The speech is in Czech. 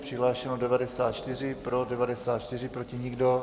Přihlášeno 94, pro 94, proti nikdo.